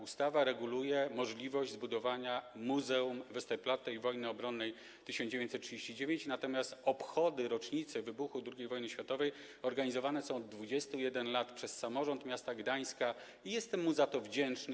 Ustawa reguluje możliwość zbudowania Muzeum Westerplatte i Wojny Obronnej 1939, natomiast obchody rocznicy wybuchu II wojny światowej organizowane są od 21 lat przez samorząd miasta Gdańska i jestem mu za to wdzięczny.